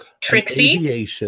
Trixie